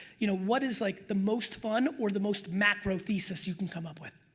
you know, what is like the most fun or the most macro thesis you can come up with.